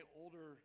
older